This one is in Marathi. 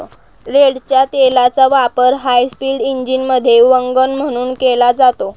रेडच्या तेलाचा वापर हायस्पीड इंजिनमध्ये वंगण म्हणून केला जातो